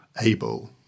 able